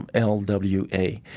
and l w a.